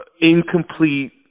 incomplete